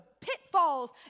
pitfalls